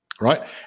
right